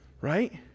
Right